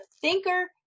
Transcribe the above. thinker